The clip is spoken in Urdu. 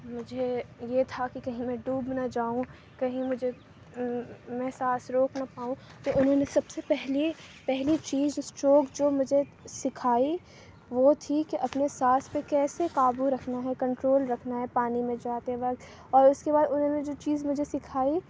مجھے یہ تھا کہ کہیں میں ڈوب نہ جاؤں کہیں مجھے میں سانس روک نہ پاؤں تو اُنہوں نے سب سے پہلے پہلی چیز اسٹروک جو مجھے سکھائی وہ تھی کہ اپنے سانس پر کیسے قابو رکھنا ہے کنٹرول رکھنا ہے پانی میں جاتے وقت اور اُس کے بعد اُنہوں نے جو چیز مجھے سکھائی